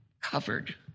covered